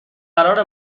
قرار